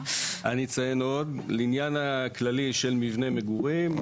אציין עוד, לעניין הכללי של מבנה מגורים.